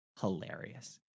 hilarious